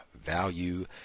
value